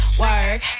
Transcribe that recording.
work